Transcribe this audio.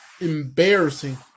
embarrassing